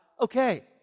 Okay